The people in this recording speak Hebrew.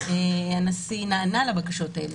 הנשיא נענה לבקשות האלה,